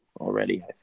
already